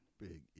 Big